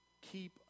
keep